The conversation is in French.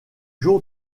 jour